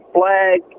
flag